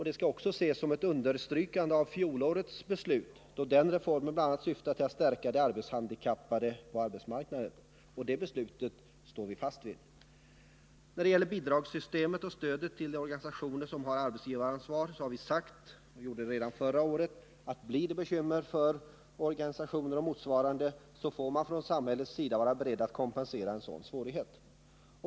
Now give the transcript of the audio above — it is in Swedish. Det skall ses som ett understrykande av fjolårets beslut, eftersom den reformen bl.a. syftar till att stärka arbetshandikappade på arbetsmarknaden, Det beslutet står vi fast vid. När det gäller bidragssystemet för och stödet till de organisationer som har arbetsgivaransvar på det området har vi sagt — det gjorde vi redan förra året — att om det blir bekymmer för organisationer och på liknande håll får man från samhällets sida vara beredd att kompensera en sådan svårighet.